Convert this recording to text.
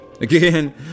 again